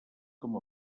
com